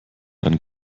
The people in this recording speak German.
dann